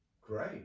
Great